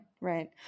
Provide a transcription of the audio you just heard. right